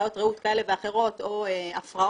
בעיות ראות כאלה ואחרות או הפרעות.